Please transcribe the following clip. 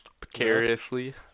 precariously